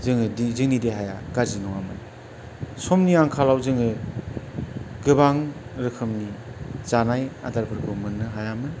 जोङो जोंनि देहाया गाज्रि नङामोन समनि आंखालाव जोङो गोबां रोखोमनि जानाय आदारफोरखौ मोन्नो हायामोन